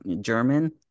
German